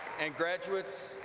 and graduates,